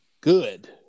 good